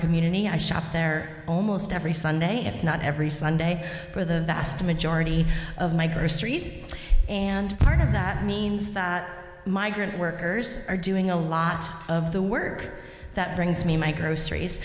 community i shop there oh most every sunday if not every sunday for the vast majority of my groceries and part of that means that migrant workers are doing a lot of the work that brings me my groceries